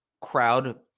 crowd